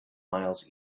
miles